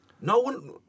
No-one